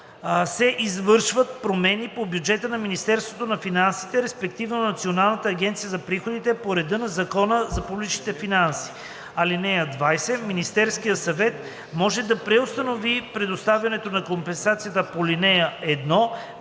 се извършват промени по бюджета на Министерството на финансите, респективно на Националната агенция за приходите, по реда на Закона за публичните финанси. (20) Министерският съвет може да преустанови предоставянето на компенсацията по ал. 1